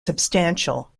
substantial